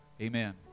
amen